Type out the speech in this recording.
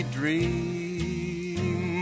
dream